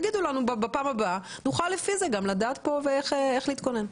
תגידו לנו בדיון הבא כך שנוכל לדעת איך להתכונן.